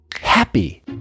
happy